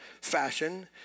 fashion